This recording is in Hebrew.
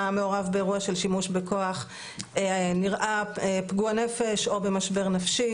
מעורב באירוע של שימוש בכוח נראה פגוע נפש או במשבר נפשי.